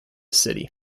city